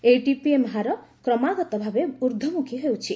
ଏହି ଟିପିଏମ୍ ହାର କ୍ରମାଗତ ଭାବେ ଉର୍ଦ୍ଧ୍ୱମୁଖୀ ହେଉଛି